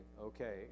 okay